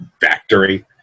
factory